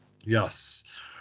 yes